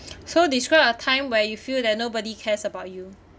so describe a time where you feel that nobody cares about you